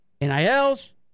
NILs